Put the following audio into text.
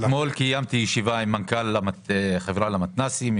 אתמול אצלי במשרד קיימתי ישיבה עם מנכ"ל החברה למתנ"סים,